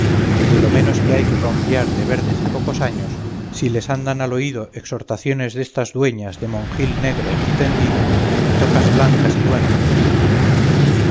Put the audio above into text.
y de lo menos que hay que confiar de verdes y pocos años si les andan al oído exhortaciones destas dueñas de monjil negro y tendido y tocas blancas y luengas